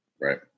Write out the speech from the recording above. Right